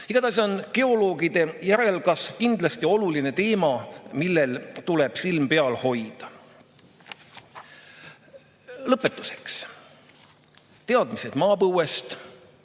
Igatahes on geoloogide järelkasv kindlasti oluline teema, millel tuleb silm peal hoida. Lõpetuseks. Teadmised maapõuest,